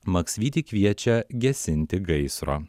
maksvytį kviečia gesinti gaisro